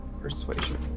persuasion